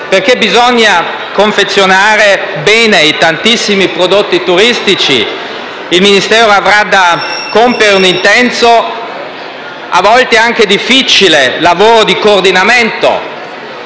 perché bisogna confezionare bene i tantissimi prodotti turistici; il Ministero avrà da compiere un intenso e a volte anche difficile lavoro di coordinamento.